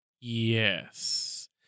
Yes